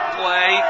play